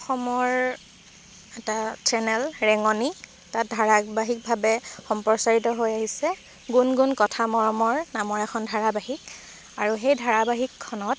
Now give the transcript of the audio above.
অসমৰ এটা চেনেল ৰেঙণি তাত ধাৰাবাহিকভাৱে সম্প্ৰচাৰিত হৈ আহিছে গুণগুণ কথা মৰমৰ নামৰ এখন ধাৰাবাহিক আৰু সেই ধাৰাবাহিকখনত